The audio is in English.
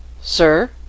Sir